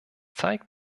zeigt